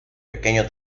pequeño